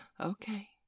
okay